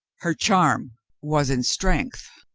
her charm was in strength.